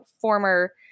former